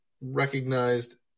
recognized